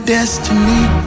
Destiny